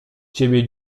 ciebie